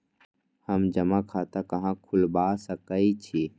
हम जमा खाता कहां खुलवा सकई छी?